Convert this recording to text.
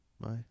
Bye